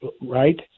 right